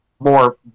more